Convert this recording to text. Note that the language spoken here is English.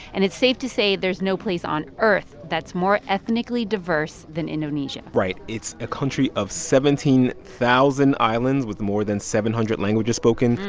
and it's safe to say there's no place on earth that's more ethnically diverse than indonesia right. it's a country of seventeen thousand islands with more than seven hundred languages spoken.